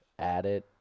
added